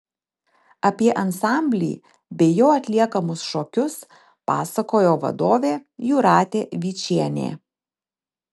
apie ansamblį bei jo atliekamus šokius pasakojo vadovė jūratė vyčienė